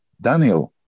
Daniel